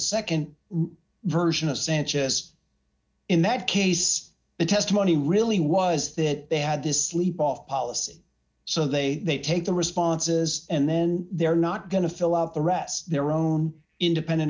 nd version of sanchez in that case the testimony really was that they had this sleep off policy so they take the responses and then they're not going to fill out the rest their own independent